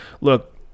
look